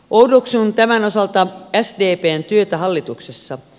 oudoksun tämän osalta sdpn työtä hallituksessa